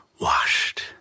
washed